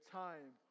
time